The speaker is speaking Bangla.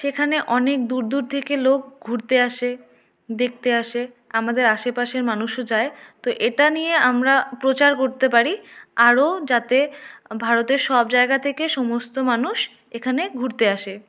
সেখানে অনেক দূর দূর থেকে লোক ঘুরতে আসে দেখতে আসে আমাদের আশেপাশের মানুষও যায় তো এটা নিয়ে আমরা প্রচার করতে পারি আরও যাতে ভারতের সব জায়গা থেকে সমস্ত মানুষ এখানে ঘুরতে আসে